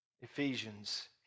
Ephesians